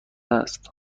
است